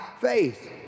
faith